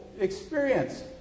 experience